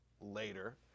later